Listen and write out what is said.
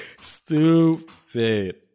Stupid